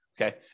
Okay